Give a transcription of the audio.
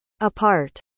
Apart